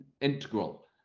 integral